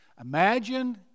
Imagine